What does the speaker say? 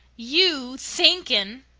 you thinking!